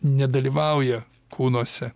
nedalyvauja kūnuose